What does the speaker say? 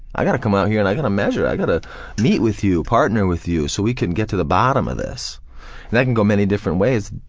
i gotta come out here and i gotta measure i gotta meet with you, partner with you, so we can get to the bottom of this. and that can go many different ways,